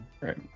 Right